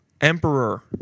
emperor